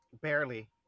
Barely